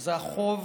שזה החוב